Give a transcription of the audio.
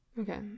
Okay